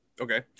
Okay